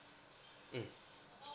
mm